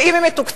ואם היא מתוקצבת,